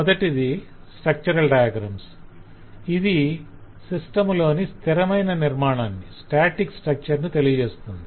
మొదటిది structural diagrams - ఇది system లోని స్థిరమైన నిర్మాణాన్ని తెలియజేస్తుంది